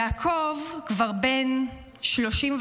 יעקב כבר בן 39,